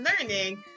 learning